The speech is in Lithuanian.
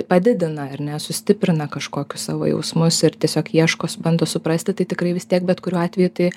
padidina ar ne sustiprina kažkokius savo jausmus ir tiesiog ieškos bando suprasti tai tikrai vis tiek bet kuriuo atveju tai